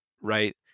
Right